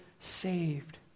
saved